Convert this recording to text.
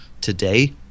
today